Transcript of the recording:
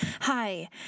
Hi